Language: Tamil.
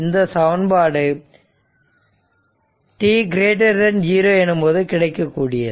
இந்த சமன்பாடு t0 எனும்போது கிடைக்கக்கூடியது